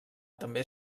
també